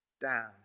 down